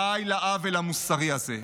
די לעוול המוסרי הזה.